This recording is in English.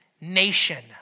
nation